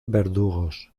verdugos